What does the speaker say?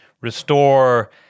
restore